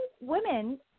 women